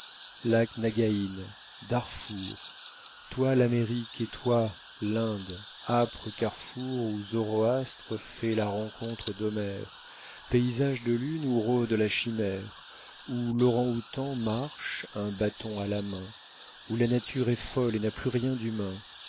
lac nagain darfour toi l'amérique et toi l'inde âpre carrefour où zoroastre fait la rencontre d'homère paysages de lune où rôde la chimère où lorang outang marche un bâton à la main où la nature est folle et n'a plus rien d'humain